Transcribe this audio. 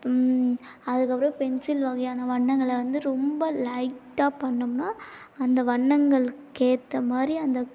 அதுக்கப்புறம் பென்சில் வகையான வண்ணங்களை வந்து ரொம்ப லைட்டாக பண்ணோம்னால் அந்த வண்ணங்களுக்கேற்ற மாதிரி அந்த